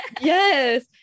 yes